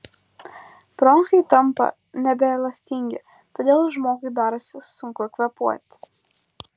bronchai tampa nebeelastingi todėl žmogui darosi sunku kvėpuoti